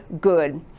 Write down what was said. good